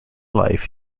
life